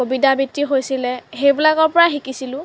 কবিতা আবৃত্তি হৈছিলে সেইবিলাকৰ পৰা শিকিছিলোঁ